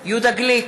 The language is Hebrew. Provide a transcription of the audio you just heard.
יהודה גליק,